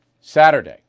Saturday